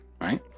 right